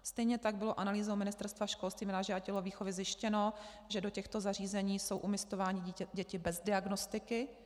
Stejně tak bylo analýzou Ministerstva školství, mládeže a tělovýchovy zjištěno, že do těchto zařízení jsou umísťovány děti bez diagnostiky.